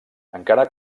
encara